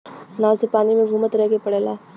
नाव से पानी में घुमत रहे के पड़ला